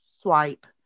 swipe